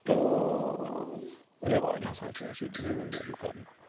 پرٛون رٮیٚواج ہسا چھُ اَسہِ ییٚتہِ زٔمیٖن دٲری کرنُک